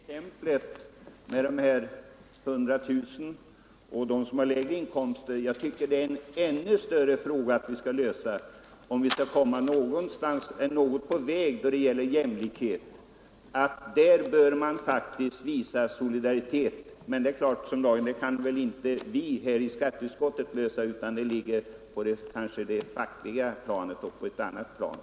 Herr talman! Jag tog exemplet med 100 000-kronorsinkomsten och dem som har lägre inkomster som en ännu större fråga — och ett problem som Jag tycker vi bör lösa, om vi skall kunna nå jämlikhet. Här bör vi visa solidaritet. Det är klart att vi inte kan lösa det problemet i skatteutskottet, utan det ligger väl mera på ett annat plan, kanske på det fackliga planet.